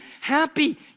happy